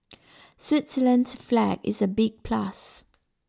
Switzerland's flag is a big plus